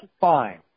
Fine